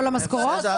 למה לא,